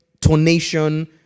tonation